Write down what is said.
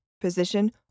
position